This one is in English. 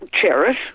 cherish